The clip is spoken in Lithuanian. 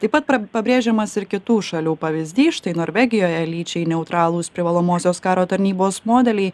taip pat pabrėžiamas ir kitų šalių pavyzdys štai norvegijoje lyčiai neutralūs privalomosios karo tarnybos modeliai